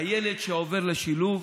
הילד שעובר לשילוב